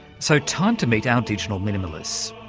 so time to meet our digital minimalists.